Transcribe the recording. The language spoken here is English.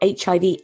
HIV